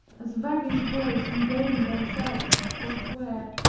as waggish boys in game themselves forswear,